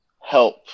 help